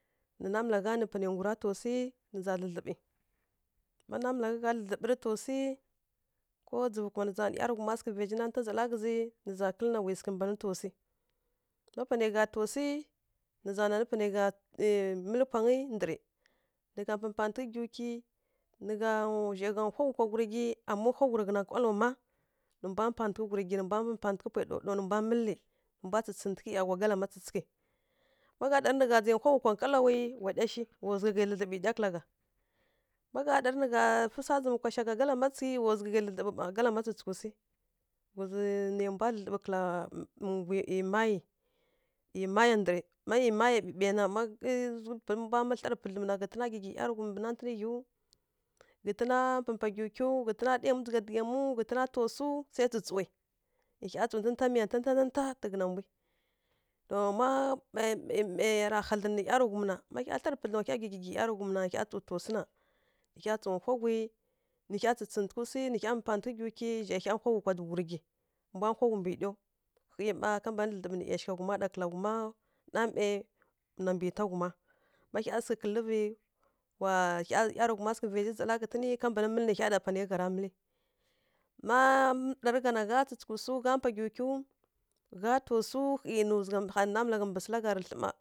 Nǝ namalagha nǝ panai ngura taw sǝ nǝ za dlǝdlǝɓǝ, má namalaghǝ gha dlǝdlǝɓǝ taw sǝ ko dzǝvu kuma nǝ ˈyarǝghuma sǝghǝ vaingǝ nanta zala ghǝzǝ, nǝ za kǝl na wi sǝghǝ mban taw sǝ. Ma panai gha taw swi nǝ za nanǝ panai gha nǝ mǝlǝ pwangǝ ndǝrǝ. Nǝ gha mpǝ mpántǝghǝ gyiwkyi, nǝ gha zhai gha hwa ghui kwa hurǝgyi, anǝ hwa ghui kwa nkalo ma. Nǝ mbwa mpántǝghǝ hurǝgyi, nǝ mbwa mpántǝghǝ paiɗa, nǝ mbwa mǝlǝ nǝ mbwa tsǝtsǝghtǝghǝ yaghwangǝ kalǝma tsǝtsǝghtǝghǝ. Má gha ɗarǝ nǝgha dzai hwa ghui kwa nkalowi wa ɗyi shi, wa zughai dlǝdlǝɓǝ ɗyi kǝla gha. Má gha ɗarǝ nǝ gha nǝ swa zǝmǝ kwa shagha kalama twi, wa zughai dlǝdlǝɓǝ mma kalama tsǝtsǝghtǝghǝ swi. Ghǝzǝ nai mbwa dlǝdlǝɓǝ kǝla ˈyi gwi ˈyi mayi. 'Yi ma 'yi má ˈyi maya ɓǝɓai dlarǝ pǝdlǝm na, ghǝtǝna gyigyi ˈyarǝghum mbǝ nantǝn ghyiw, ghǝtǝna mpǝ mpá gyiw kyiw, ghǝtǝ ɗa yamwi dzǝgha dǝghǝ yamu, ghǝtǝna to tsu sai tsǝtsǝwǝ. Nǝ hya tsǝ ntá ntǝ ntá tǝghǝna mbwi. To má mai mai mai ya hadlǝn nǝ ˈyarǝghum na, ma hya dlarǝ pǝdlǝm wa hya gwi gyi-gyi ˈyarǝghum na, nǝ hya taw swu na, nǝ hya tsǝ hwa ghui, nǝ hya tsǝtsǝghǝtǝghǝ swu, nǝ hya mpantǝghǝ gyiw kyi zhai hya hwa ghui kwa hurǝgyi. Mbwa hwa ghui mbǝ ɗyiw ghǝi mma kamban dlǝdlǝɓǝ nǝ ˈyashigha ghuma ɗa kǝla ghuma, namai na mbita ghuma ma hya sǝghǝ kǝlǝvǝ, wa hya wa ˈyarǝghuma sǝghǝ vaizhi zala ká ghǝtǝni ká mban nǝ hya ɗa panai gha mǝli. Ma ɗarǝ gha na, ghá tsǝtsǝghǝw swu, ghá mpa gyiw kyiw, ghá taw swu ƙhǝi nǝ sǝla gha thlǝ mma.